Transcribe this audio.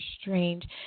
strange